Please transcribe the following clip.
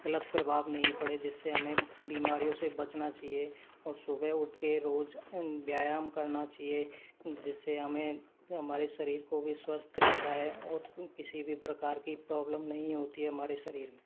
गलत प्रभाव नहीं पड़े जिससे हमें बीमारियों से बचना चाहिए और सुबह उठके रोज़ व्यायाम करना चाहिए जिससे हमें हमारे शरीर को भी स्वस्थ रहता है और किसी भी प्रकार की प्रॉब्लम नहीं होती है हमारे शरीर में